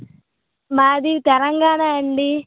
మాది తెలంగాణ అండి